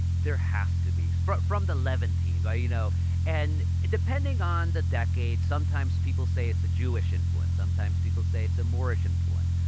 there has to be from from the leventine. you know and, depending on the decade, sometimes people say it's a jewish influence. sometimes people say it's a moorish influence.